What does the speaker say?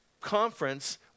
conference